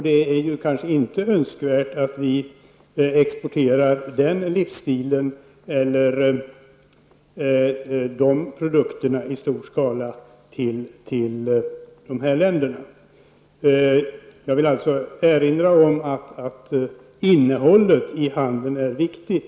Det är kanske inte önskvärt att vi exporterar denna livsstil eller dessa produkter i stor skala till de här länderna. Jag vill alltså erinra om att innehållet i handeln är viktigt.